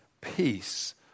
peace